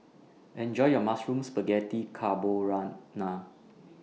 Enjoy your Mushroom Spaghetti Carborana